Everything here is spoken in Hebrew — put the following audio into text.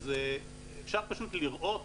אז אפשר פשוט לראות